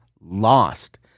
lost